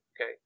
Okay